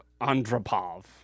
Andropov